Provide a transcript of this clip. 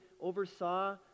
oversaw